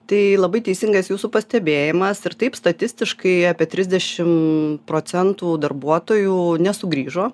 tai labai teisingas jūsų pastebėjimas ir taip statistiškai apie trisdešim procentų darbuotojų nesugrįžo